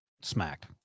smacked